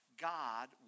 God